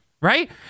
right